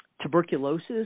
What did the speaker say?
tuberculosis